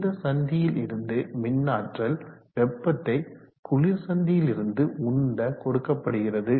இந்த சந்தியில் இருந்து மின்னாற்றல் வெப்பத்தை குளிர் சந்தியிலிருந்து உந்த கொடுக்கப்படுகிறது